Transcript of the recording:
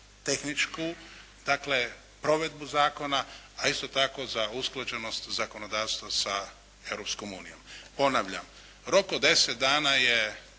tehničku provedbu zakona, a isto tako za usklađenost zakonodavstva sa Europskom unijom. Ponavljam, rok od 10 dana je,